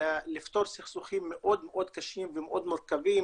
לפתור סכסוכים מאוד מאוד קשים ומאוד מורכבים